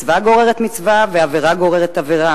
מצווה גוררת מצווה ועבירה גוררת עבירה,